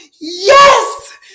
yes